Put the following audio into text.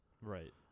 Right